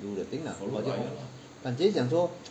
do the thing lah 感觉讲说